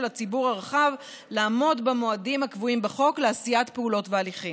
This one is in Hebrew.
הציבור הרחב לעמוד במועדים הקבועים בחוק לעשיית פעולות והליכים.